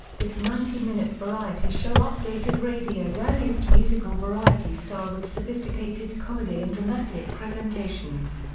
this ninety minute variety show updated radio's earliest musical variety style with sophisticated comedy and dramatic presentations.